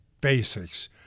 basics